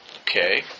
Okay